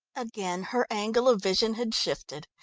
again her angle of vision had shifted,